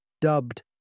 Dubbed